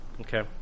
Okay